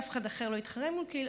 אף אחד אחר לא יתחרה מול כי"ל,